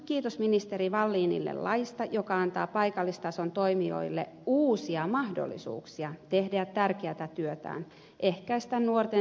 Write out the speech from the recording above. kiitos ministeri wallinille laista joka antaa paikallistason toimijoille uusia mahdollisuuksia tehdä tärkeätä työtään ehkäistä nuorten syrjäytymistä